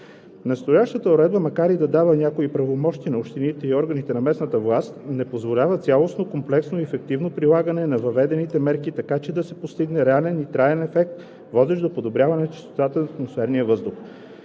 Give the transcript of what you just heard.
Настоящата уредба, макар и да дава някои правомощия на общините и органите на местната власт, не позволява цялостно, комплексно и ефективно прилагане на въведените мерки, така че да се постигне реален и траен ефект, водещ до подобряване чистотата на атмосферния въздух.